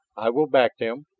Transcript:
i will back them,